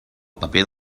paper